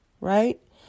right